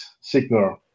signal